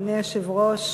אדוני היושב-ראש,